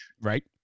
right